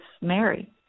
Mary